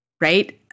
right